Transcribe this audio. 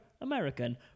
American